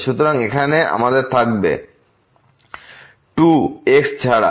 সুতরাং এখানে আমাদের থাকবে 22cos3x 6xcos2x 6xcos2x 6x2cos x cos x 2 xছাড়া